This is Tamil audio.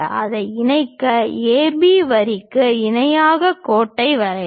அதை இணைக்க AB வரிக்கு இணையான கோட்டை வரையவும்